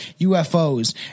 UFOs